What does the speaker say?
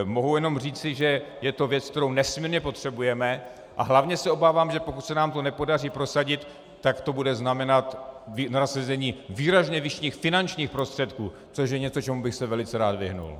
Mohu jenom říci, že je to věc, kterou nesmírně potřebujeme, a hlavně se obávám, že pokud se nám to nepodaří prosadit, tak to bude znamenat nasazení výrazně vyšších finančních prostředků, což je něco, čemu bych se velice rád vyhnul.